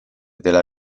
della